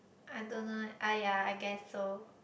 I don't know ah ya I guess so